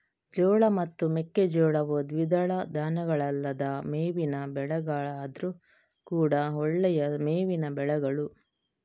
ಜೋಳ ಮತ್ತು ಮೆಕ್ಕೆಜೋಳವು ದ್ವಿದಳ ಧಾನ್ಯಗಳಲ್ಲದ ಮೇವಿನ ಬೆಳೆಗಳಾದ್ರೂ ಕೂಡಾ ಒಳ್ಳೆಯ ಮೇವಿನ ಬೆಳೆಗಳು